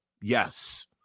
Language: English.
yes